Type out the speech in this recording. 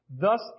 Thus